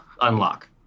unlock